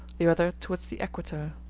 the other towards the equator.